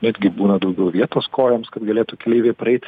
netgi būna daugiau vietos kojoms kad galėtų keleiviai praeit